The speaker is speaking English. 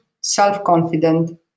self-confident